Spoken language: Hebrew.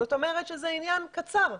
זאת אומרת שזה עניין קצר,